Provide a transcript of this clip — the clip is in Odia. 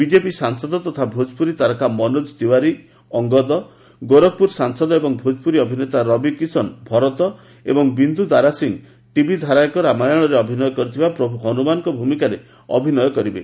ବିବେପି ସାଂସଦ ତଥା ଭୋବପୁରୀ ତାରକା ମନୋଚ୍ଚ ତିୱାରୀ ଅଙ୍ଗଦ ଗୋରଖପୁର ସାଂସଦ ଏବଂ ଭୋବପୁରୀ ଅଭିନେତା ରବି କିଶନ ଭରତ ଏବଂ ବିନ୍ଦୁ ଦାରା ସିଂ ଟିଭି ଧାରାବାହିକ ରାମାୟଣରେ ଅଭିନୟ କରିଥିବା ପ୍ରଭ୍ ହନୁମାନଙ୍କ ଭୂମିକାରେ ଅଭିନୟ କରିବେ